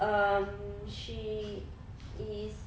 um she is